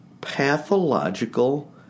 pathological